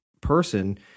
person